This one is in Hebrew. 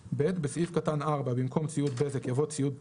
(ב)בסעיף קטן (4) במקום "ציוד בזק" יבוא "ציוד תקשורת",